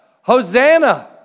Hosanna